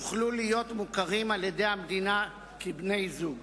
יוכלו להיות מוכרים על-ידי המדינה כבני-זוג.